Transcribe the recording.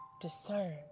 Discern